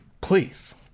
Please